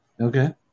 Okay